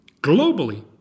globally